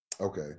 okay